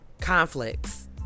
conflicts